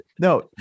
No